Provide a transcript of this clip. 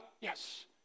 Yes